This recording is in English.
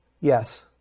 Yes